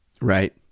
Right